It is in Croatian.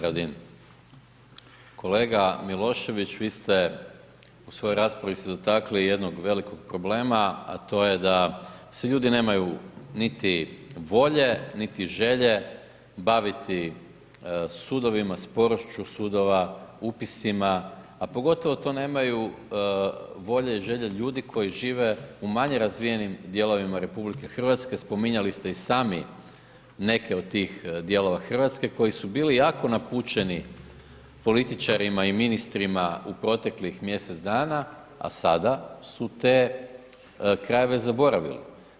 Kolega Milošević, vi ste u svojoj raspravi se dotakli jednog velikog problema a to je da svi ljudi nemaju niti volje niti želje baviti se sudovima, sporošću sudova, upisima a pogotovo to nemaju volje i želje ljudi koji žive u manje razvijenim dijelovima RH, spominjali ste i sami neke od tih dijelova Hrvatske koji su bili jako napučeni političarima i ministrima u proteklih mjesec dana a sada su te krajeve zaboravili.